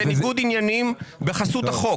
זה ניגוד עניינים בחסות החוק.